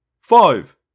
Five